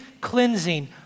cleansing